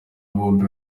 bombi